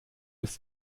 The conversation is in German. ist